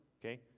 okay